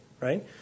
right